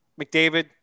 McDavid